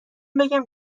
بگم